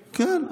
כן.